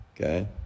Okay